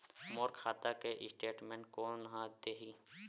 मोर खाता के स्टेटमेंट कोन ह देही?